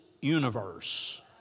universe